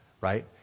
right